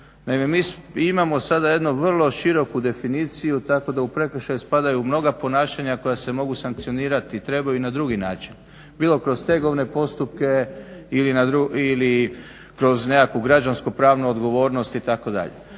Naime, mi imamo sada jednu vrlo široku definiciju tako da u prekršaj spadaju mnoga ponašanja koja se mogu sankcionirati trebaju na drugi način, bilo kroz stegovne postupke ili kroz nekakvu građansku-pravnu odgovornost itd.